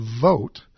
vote